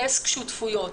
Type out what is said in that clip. דסק שותפויות.